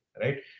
right